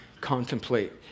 contemplate